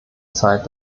zeit